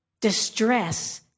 distress